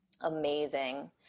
amazing